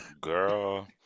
girl